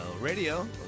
Radio